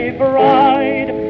bride